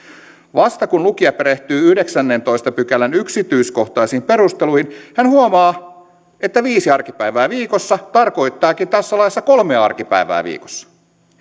vasta kun lukija perehtyy yhdeksännentoista pykälän yksityiskohtaisiin perusteluihin hän huomaa että viisi arkipäivää viikossa tarkoittaakin tässä laissa kolmea arkipäivää viikossa